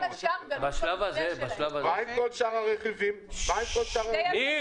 כל שאר הרכיבים --- מה עם כל שאר הרכיבים?